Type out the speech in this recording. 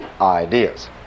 ideas